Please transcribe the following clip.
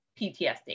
PTSD